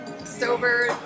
sober